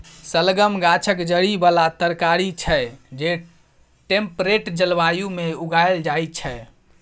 शलगम गाछक जड़ि बला तरकारी छै जे टेम्परेट जलबायु मे उगाएल जाइ छै